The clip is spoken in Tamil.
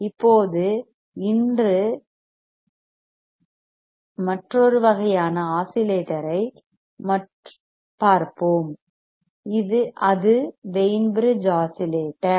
இப்போது இன்று மற்றொரு வகையான ஆஸிலேட்டரைப் பார்ப்போம் அது வெய்ன் பிரிட்ஜ் ஆஸிலேட்டர்